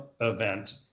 event